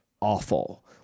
awful